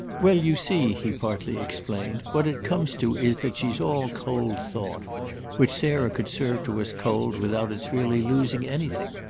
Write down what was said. well, you see, he partly explained, what it comes to is that she's all cold thought which sarah could serve to us cold without its really losing anything.